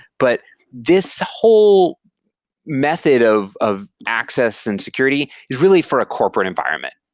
but this whole method of of access and security is really for a corporate environment.